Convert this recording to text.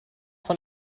vor